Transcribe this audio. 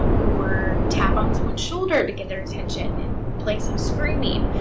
or tap on someone's shoulder to get their attention in place of screaming.